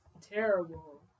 terrible